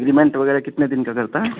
agreement وغیرہ کتنے دن کا کرتا